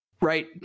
right